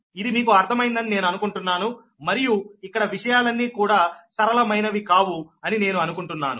ఇది మీకు అర్థం అయిందని నేను అనుకుంటున్నాను మరియు ఇక్కడ విషయాలన్నీ కూడా సరళమైనవి కావు అని నేను అనుకుంటున్నాను